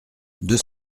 deux